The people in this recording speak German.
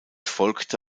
folgte